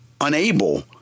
unable